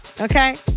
Okay